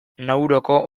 nauruko